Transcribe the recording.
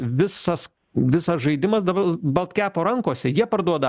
visas visas žaidimas dabar baltkepo rankose jie parduoda